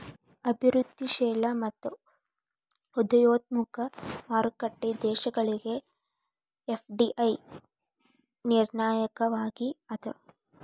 ಅಭಿವೃದ್ಧಿಶೇಲ ಮತ್ತ ಉದಯೋನ್ಮುಖ ಮಾರುಕಟ್ಟಿ ದೇಶಗಳಿಗೆ ಎಫ್.ಡಿ.ಐ ನಿರ್ಣಾಯಕವಾಗಿ ಅದ